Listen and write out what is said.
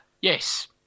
Yes